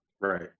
right